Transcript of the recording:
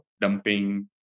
dumping